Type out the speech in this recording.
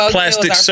Plastic